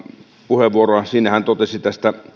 puheenvuoroa siinä hän totesi tästä